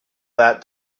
that